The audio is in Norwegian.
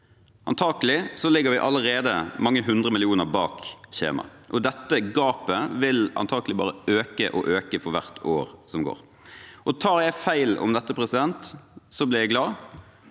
Antakelig ligger vi allerede mange hundre millioner bak skjema, og dette gapet vil antakelig bare øke og øke for hvert år som går. Tar jeg feil om dette, blir jeg glad,